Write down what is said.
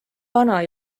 vana